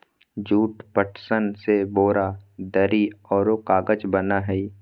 jute, पटसन से बोरा, दरी औरो कागज बना हइ